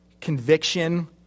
Conviction